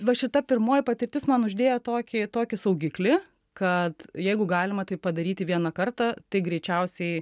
va šita pirmoji patirtis man uždėjo tokį tokį saugiklį kad jeigu galima tai padaryti vieną kartą tai greičiausiai